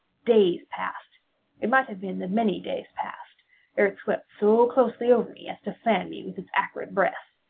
days passed it might have been that many days passed ere it swept so closely over me as to fan me with its acrid breath.